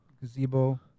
gazebo